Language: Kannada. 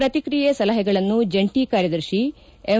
ಪ್ರಕಿಕ್ರಿಯೆಸಲಹೆಗಳನ್ನು ಜಂಟಿ ಕಾರ್ಯದರ್ಶಿ ಎಂ